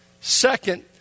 Second